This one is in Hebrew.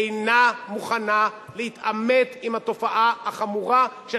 אינה מוכנה להתעמת עם התופעה החמורה של